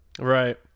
Right